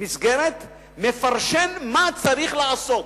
מסגרת מפרשן מה צריך לעשות.